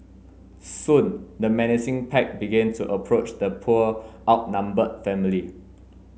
soon the menacing pack began to approach the poor outnumbered family